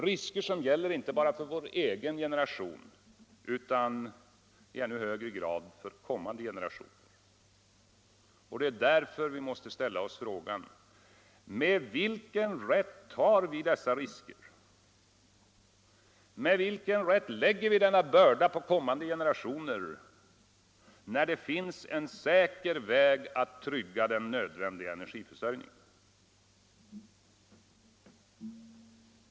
Riskerna gäller inte bara vår egen generation, utan i ännu högre grad kommande generationer. Det är därför vi måste ställa oss frågan: Med vilken rätt tar vi dessa risker? Med vilken rätt lägger vi denna börda på kommande generationer, när det finns en säker väg att trygga den nödvändiga energiförsörjningen?